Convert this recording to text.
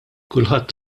kulħadd